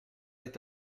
est